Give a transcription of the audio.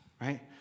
right